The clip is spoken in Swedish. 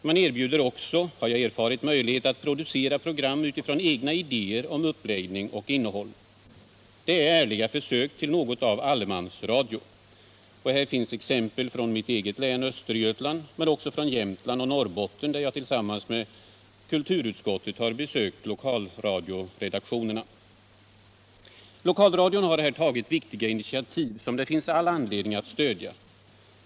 Man erbjuder också, har jag erfarit, möjlighet att producera program utifrån egna idéer om uppläggning och innehåll. Det är ärliga försök till något av en ”allemansradio”. Jag kan anföra exempel från mitt eget län, Östergötland, men också från Jämtland och Norrbotten, där jag tillsammans med kulturutskottet har besökt lokalradioredaktionerna. Lokalradion har här tagit viktiga initiativ som det finns all anledning att stödja.